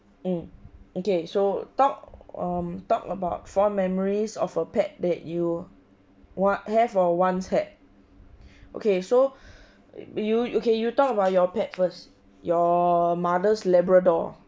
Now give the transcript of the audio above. mm okay so talk um talk about fond memories of a pet that you want have or once had okay so you okay you talk about your pet first your mother's labrador